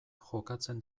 jokatzen